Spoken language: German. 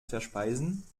verspeisen